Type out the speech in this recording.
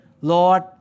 Lord